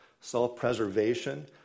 self-preservation